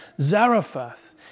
Zarephath